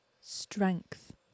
strength